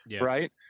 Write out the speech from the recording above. Right